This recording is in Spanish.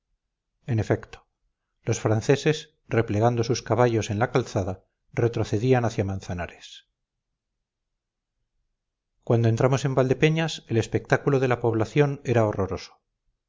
en efecto los franceses replegando sus caballos en la calzada retrocedían hacia manzanares cuando entramos en valdepeñas el espectáculo de la población era horroroso